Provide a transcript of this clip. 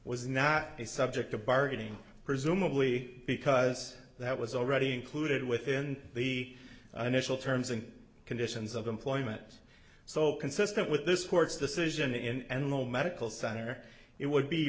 was not a subject of bargaining presumably because that was already included within the initial terms and conditions of employment so consistent with this court's decision in and no medical center it would be